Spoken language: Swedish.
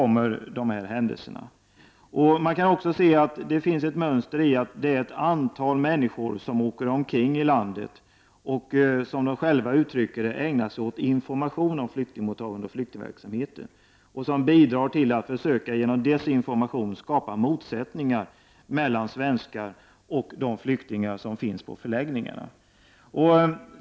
Man kan se ett annat mönster i att ett antal människor åker omkring i landet och, som de uttrycker det, ägnar sig åt information om flyktingmottagning och flyktingverksamhet, men i stället med sin desinformation bidrar till att skapa motsättningar mellan svenskar och de flyktingar som finns på förläggningarna.